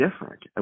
different